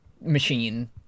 machine